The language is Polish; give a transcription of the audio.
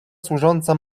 służąca